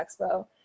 expo